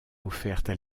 offertes